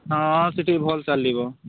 ହଁ ସେଠି ବି ଭଲ ଚାଲିବ